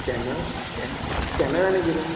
scanner scanner आनी कितें